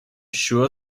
sure